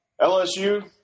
LSU